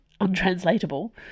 untranslatable